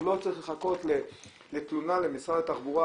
הוא לא צריך לחכות לתלונה למשרד התחבורה